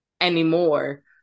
anymore